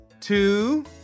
two